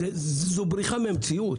זו בריחה מהמציאות.